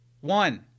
one